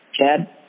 chad